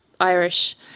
Irish